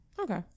Okay